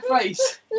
face